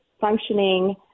functioning